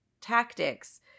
tactics